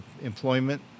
employment